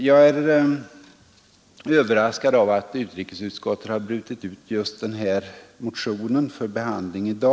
Jag är överraskad över att utrikesutskottet har brutit ut just den här motionen för behandling i dag.